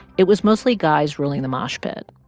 it was mostly guys ruling the mosh pit.